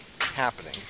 happening